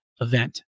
event